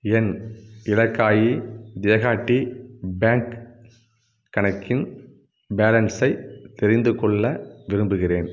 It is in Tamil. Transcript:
என் இலக்காயி தேஹாட்டி பேங்க் கணக்கின் பேலன்ஸை தெரிந்துக்கொள்ள விரும்புகிறேன்